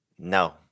no